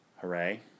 Hooray